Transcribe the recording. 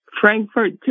Frankfurt